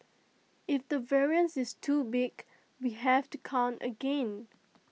if the variance is too big we have to count again